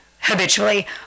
habitually